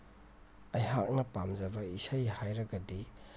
ꯑꯩꯍꯥꯛꯅ ꯄꯥꯝꯖꯕ ꯏꯁꯩ ꯍꯥꯏꯔꯒꯗꯤ